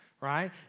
right